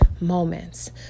moments